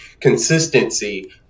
consistency